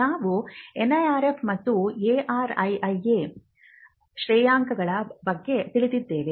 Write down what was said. ನಾವು NIRF ಮತ್ತು ARIIA ಶ್ರೇಯಾಂಕದ ಬಗ್ಗೆ ತಿಳಿದಿದ್ದೇವೆ